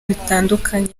bitandukanye